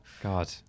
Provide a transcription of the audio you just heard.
God